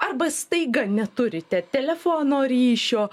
arba staiga neturite telefono ryšio